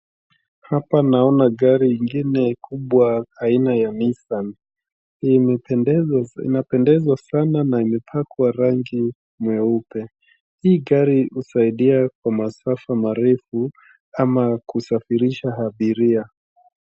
Hapa naona gari ingine kubwa aina ya Nissan , imependeza, inapendeza sana na imepakwa rangi nyeupe, hii gari husaidia kwa masafa marefu ama kusafirisha abiria.